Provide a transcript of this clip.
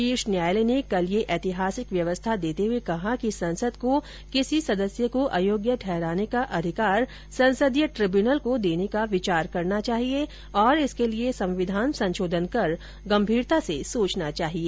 शीर्ष न्यायालय ने कल यह ऐतिहासिक व्यवस्था देते हुए कहा कि संसद को किसी सदस्य को अयोग्य ठहराने का अधिकार ससंदीय ट्रिब्यूनल को देने का विचार करना चाहिए और इसके लिए संविधान संशोधन कर गंभीरता से सोचना चाहिए